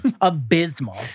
abysmal